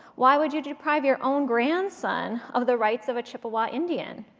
why would you deprive your own grandson of the rights of a chippewa indian?